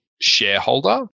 shareholder